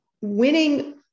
Winning